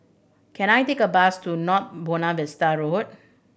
can I take a bus to North Buona Vista Road